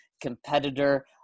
competitor